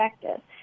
perspective